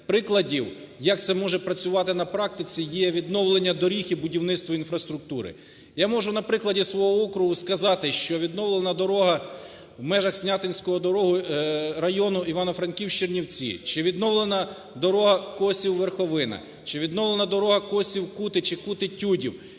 прикладів як це може працювати на практиці є відновлення доріг і будівництво інфраструктури. Я можу на прикладі свого округу сказати, що відновлена дорога в межахСнятинського району Івано-Франківськ-Чернівці. Чи відновлена дорога Косів-Верховина. Чи відновлена дорога Косів-Кути чи Кути-Тюдів,